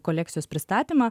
kolekcijos pristatymą